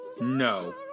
No